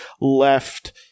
left